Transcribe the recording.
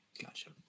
Gotcha